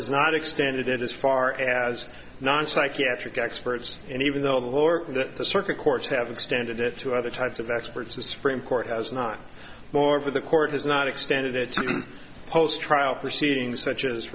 has not extended it as far as non psychiatric experts and even though the law written that the circuit courts have extended it to other types of experts the supreme court has not more of the court has not extended it to post trial proceedings such as